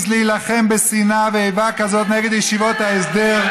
להילחם בשנאה ובאיבה כזאת נגד ישיבות ההסדר,